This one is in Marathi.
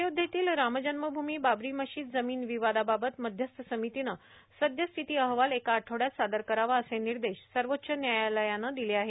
अयोध्येतील रामजन्मभ्रमी बाबरी मशीद जमीन विवादाबाबत मध्यस्थ समितीनं सद्यस्थिती अहवाल एका आठवड्यात सादर करावा असे निर्देश सर्वोच्च न्यायालयानं दिले आहेत